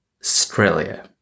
Australia